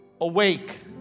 Awake